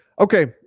Okay